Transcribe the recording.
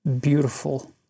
beautiful